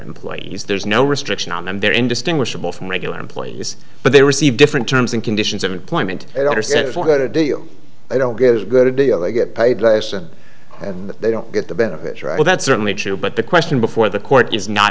employees there's no restriction on them they're indistinguishable from regular employees but they receive different terms and conditions of employment they don't get a good deal they get paid less than they don't get the benefits are all that's certainly true but the question before the court is not